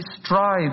strive